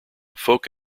folk